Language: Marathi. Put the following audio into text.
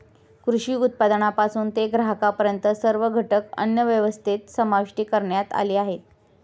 कृषी उत्पादनापासून ते ग्राहकांपर्यंत सर्व घटक अन्नव्यवस्थेत समाविष्ट करण्यात आले आहेत